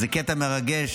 זה קטע מרגש.